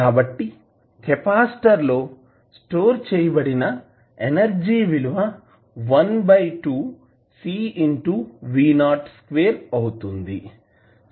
కాబట్టి కెపాసిటర్ లో స్టోర్ చేయబడిన ఎనర్జీ విలువ అవుతుంది